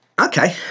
Okay